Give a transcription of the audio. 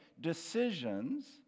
decisions